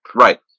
Right